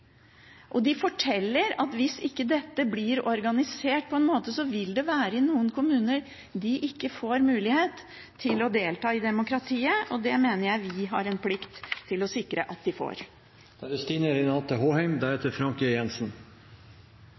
De fortalte at hvis dette ikke blir organisert, vil det være noen kommuner der de ikke får mulighet til å delta i demokratiet, og det mener jeg vi har en plikt til å sikre at de får.